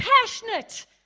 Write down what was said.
Passionate